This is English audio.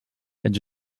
edge